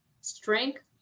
Strength